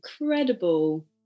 incredible